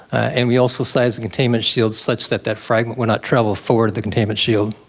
and we also size a containment shield such that that fragment would not travel forward the containment shield.